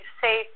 say